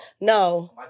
No